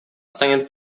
станет